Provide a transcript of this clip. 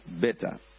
better